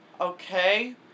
Okay